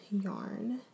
yarn